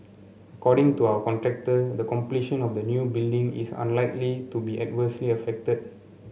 according to our contractor the completion of the new building is unlikely to be adversely affected